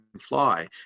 fly